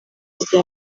rya